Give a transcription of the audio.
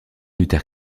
luther